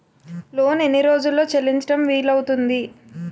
Loan ఎన్ని రోజుల్లో చెల్లించడం వీలు అవుతుంది?